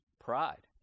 pride